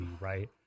right